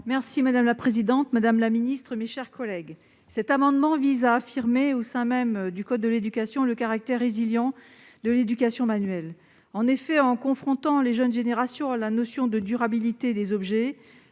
: La parole est à Mme Angèle Préville. Cet amendement vise à affirmer, au sein même du code de l'éducation, le caractère résilient de l'éducation manuelle. En effet, en confrontant les jeunes générations à la notion de durabilité des objets